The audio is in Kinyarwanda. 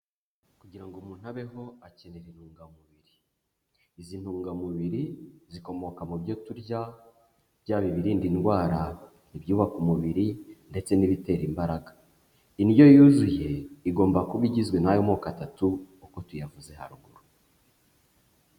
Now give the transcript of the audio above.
Kugira ngo umuntu abeho akenera intungamubiri, izi ntungamubiri zikomoka mu byo turya, byaba ibirinda indwara, ibyubaka umubiri ndetse n'ibitera imbaraga, indyo yuzuye igomba kuba igizwe n'ayo moko atatu uko tuyavuze haruguru.